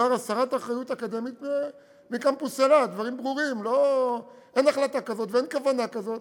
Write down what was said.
בדקנו מול האוניברסיטה בדיוק מה כוונתם,